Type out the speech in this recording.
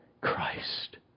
Christ